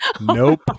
Nope